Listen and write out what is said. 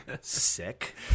Sick